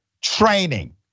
training